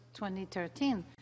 2013